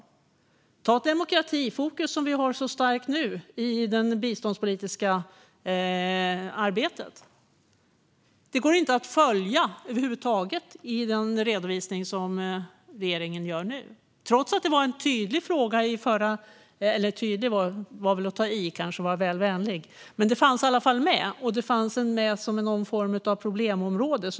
Vi kan ta detta med demokratifokus, som är så starkt i det biståndspolitiska arbetet nu. Det går inte att följa detta över huvud taget i den redovisning som regeringen gör nu, trots att det var en tydlig fråga - nåja, "tydlig" är kanske att vara lite väl vänlig, men frågan fanns i alla fall med - och ett problemområde.